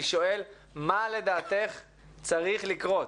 אני שואל מה לדעתך צריך לקרות?